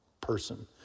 person